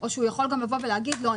או שהוא יכול גם להגיד: לא,